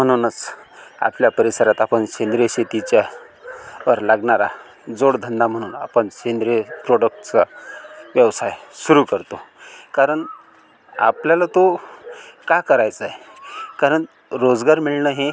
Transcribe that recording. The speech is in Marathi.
म्हणूनच आपल्या परिसरात आपण सेंद्रिय शेतीच्या वर लागणारा जोडधंदा म्हणून आपण सेंद्रिय प्रोडक्टचा व्यवसाय सुरु करतो कारण आपल्याला तो का करायचाय कारण रोजगार मिळणं हे